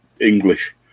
English